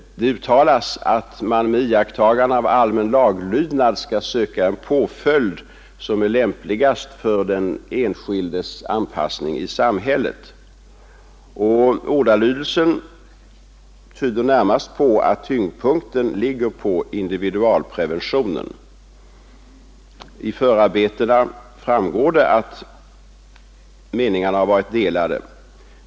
Där uttalas att man med iakttagande av allmän laglydnad skall söka påföljd som är lämpligast för den enskildes anpassning i samhället. Ordalydelsen antyder närmast att tyngdpunkten ligger på individualpreventionen. Av förarbetena framgår det att meningarna varit delade.